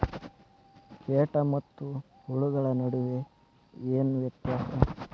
ಕೇಟ ಮತ್ತು ಹುಳುಗಳ ನಡುವೆ ಏನ್ ವ್ಯತ್ಯಾಸ?